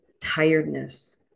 tiredness